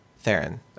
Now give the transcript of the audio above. theron